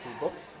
books